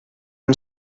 amb